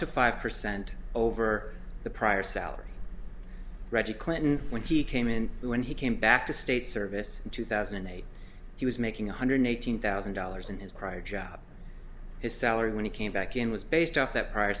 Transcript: to five percent over the prior salary reggie clinton when he came in when he came back to state service in two thousand and eight he was making one hundred eighteen thousand dollars and his prior job his salary when he came back in was based off that prior